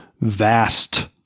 vast